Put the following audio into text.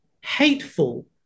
hateful